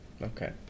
Okay